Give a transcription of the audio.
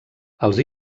els